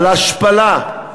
על ההשפלה,